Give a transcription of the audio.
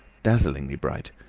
dazzlingly bright.